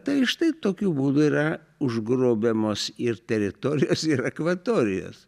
tai štai tokiu būdu yra užgrobiamos ir teritorijos ir akvatorijos